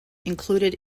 included